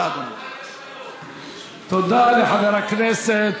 תודה לחבר הכנסת